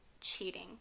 cheating